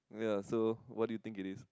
ya so what do you think it is